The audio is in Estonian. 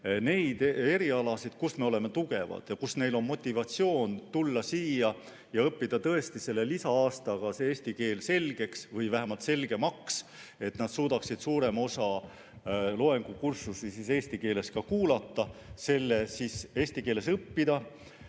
neid erialasid, milles me oleme tugevad ja mille puhul on motivatsioon tulla siia ja õppida tõesti lisa-aastaga eesti keel selgeks või vähemalt selgemaks, nii et nad suudaksid suurema osa loengukursusi eesti keeles kuulata, eesti keeles õppida,